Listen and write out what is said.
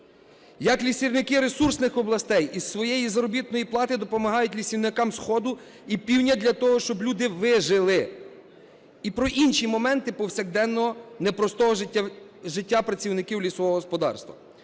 Як лісівники ресурсних областей із своєї заробітної плати допомагають лісівникам сходу і півдня для того, щоб люди вижили, і про інші моменти повсякденного непростого життя працівників лісового господарства.